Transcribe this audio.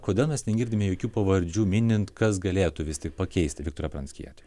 kodėl mes negirdime jokių pavardžių minint kas galėtų vis tik pakeisti viktorą pranckietį